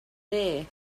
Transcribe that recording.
there